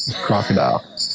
Crocodile